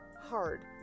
hard